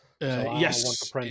Yes